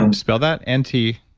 um spell that? n t.